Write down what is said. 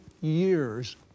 years